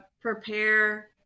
prepare